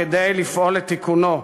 כדי לפעול לתיקונו.